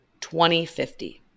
2050